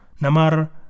Namar